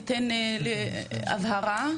ניתן הבהרה,